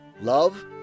love